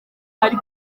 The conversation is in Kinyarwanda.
hari